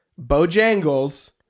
Bojangles